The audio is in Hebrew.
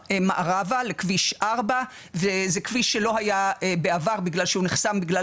מערבה לכביש 4. זה כביש שלא היה בעבר בגלל שהוא נחסם בגלל